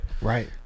Right